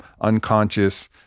unconscious